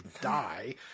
die